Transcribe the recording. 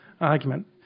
argument